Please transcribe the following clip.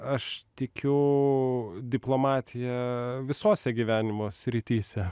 aš tikiu diplomatija visose gyvenimo srityse